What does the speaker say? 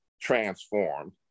transformed